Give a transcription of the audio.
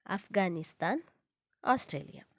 Afghanistan Australia